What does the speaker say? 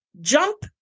jump